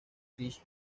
chris